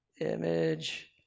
Image